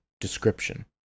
Description